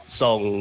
song